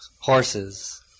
horses